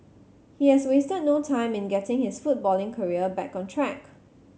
he has wasted no time in getting his footballing career back on track